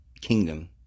kingdom